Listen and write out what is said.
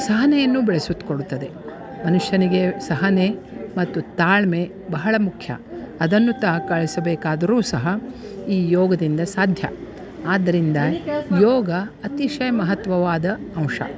ಸಹನೆಯನ್ನು ಬೆಳೆಸಿಟ್ಕೊಳ್ಳುತ್ತದೆ ಮನುಷ್ಯನಿಗೆ ಸಹನೆ ಮತ್ತು ತಾಳ್ಮೆ ಬಹಳ ಮುಖ್ಯ ಅದನ್ನು ತಾ ಕಾಯಿಸಬೇಕಾದರೂ ಸಹ ಈ ಯೋಗದಿಂದ ಸಾಧ್ಯ ಆದ್ದರಿಂದ ಯೋಗ ಅತಿಶಯ ಮಹತ್ವವಾದ ಅಂಶ